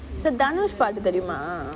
danush பாட்டு தெரியுமா:paatu teriyumaa